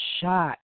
shot